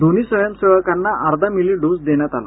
दोन्ही स्वयंसेवकांना अर्धा मिली डोस देण्यात आला